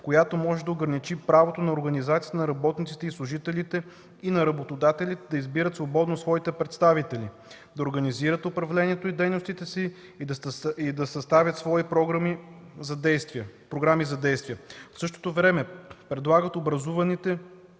която може да ограничи правото на организациите на работниците и служителите и на работодателите да избират свободно своите представители, да организират управлението и дейностите си и да съставят свои програми за действие. В същото време предлагат образуваните